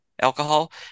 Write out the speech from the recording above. alcohol